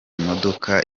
modoka